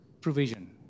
provision